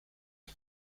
and